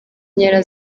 nkera